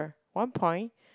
one point